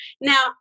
Now